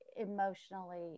emotionally